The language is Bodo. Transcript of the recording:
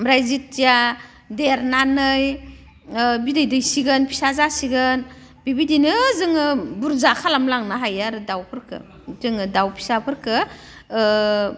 ओमफ्राय जेथिया देरनानै बिदै दैसिगोन फिसा जासिगोन बेबायदिनो जोङो बुरजा खालामलांनो हायो आरो दाउफोरखौ जोङो दाउ फिसाफोरखौ